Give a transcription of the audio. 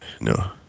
No